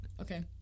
Okay